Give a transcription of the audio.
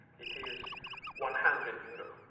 it is one hundred euro.